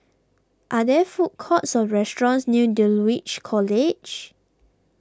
are there food courts or restaurants near Dulwich College